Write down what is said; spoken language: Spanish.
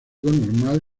normal